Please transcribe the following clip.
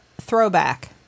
throwback